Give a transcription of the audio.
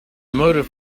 motive